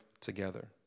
together